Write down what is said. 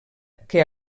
que